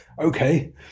okay